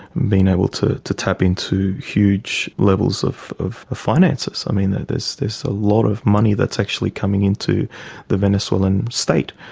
been able to to tap into huge levels of of finances i mean, there's a ah lot of money that's actually coming into the venezuelan state.